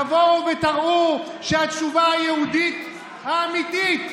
תבואו ותראו שהתשובה היהודית האמיתית,